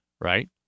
right